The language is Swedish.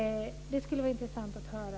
Det skulle vara intressant att höra.